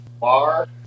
bar